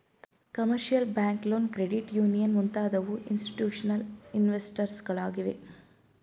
commercial bank loan, credit union ಮುಂತಾದವು institutional investors ಗಳಾಗಿವೆ